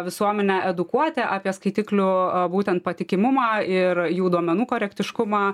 visuomenę edukuoti apie skaitiklių būtent patikimumą ir jų duomenų korektiškumą